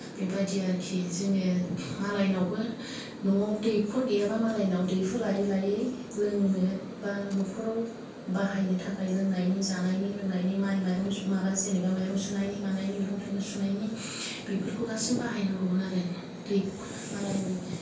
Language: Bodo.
बेबादि आरोखि जोङो मालायनावबो नआव दैखर गैयाबा मालायनाव दैहु लायै लायै लोंनो बा नखराव बाहायनो थाखाय लोंनायनि जानायनि लोंनायनि माइ माइरं माबा जेनेबा माइरं सुनायनि मानायनि मैगं थाइगं सुनायनि बेफोरखौ गासैबो बाहायनांगौमोन आरो दै मालायनि